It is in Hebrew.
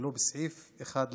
ולו בסעיף אחד,